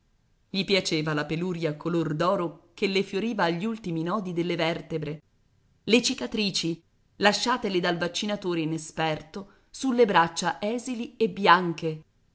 gli piaceva la peluria color d'oro che le fioriva agli ultimi nodi delle vertebre le cicatrici lasciatele dal vaccinatore inesperto sulle braccia esili e bianche